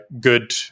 good